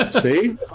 See